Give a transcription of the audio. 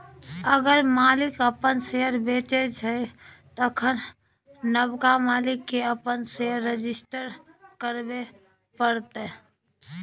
अगर मालिक अपन शेयर बेचै छै तखन नबका मालिक केँ अपन शेयर रजिस्टर करबे परतै